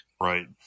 right